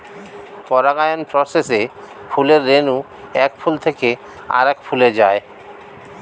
পরাগায়ন প্রসেসে ফুলের রেণু এক ফুল থেকে আরেক ফুলে যায়